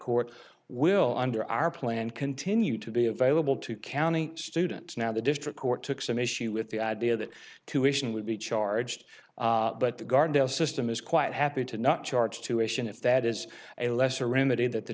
court will under our plan continue to be available to county students now the district court took some issue with the idea that tuition would be charged but the guard our system is quite happy to not charge tuition if that is a lesser remedy that the